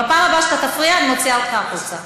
בפעם הבאה שאתה תפריע, אני מוציאה אותך החוצה.